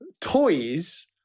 toys